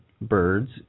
birds